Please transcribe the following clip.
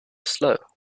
slow